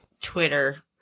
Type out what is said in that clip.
Twitter